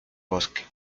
bosque